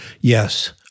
Yes